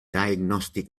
diagnostic